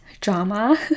drama